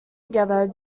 together